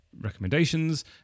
recommendations